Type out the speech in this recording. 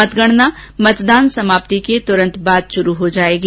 मतगणना मतदान समाप्ति के तुरन्त बाद शुरू हो जायेगी